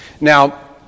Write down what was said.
Now